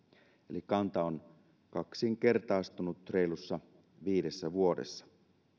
eli kanta on kaksinkertaistunut reilussa viidessä vuodessa